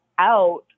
out